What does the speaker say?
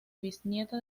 bisnieta